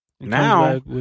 now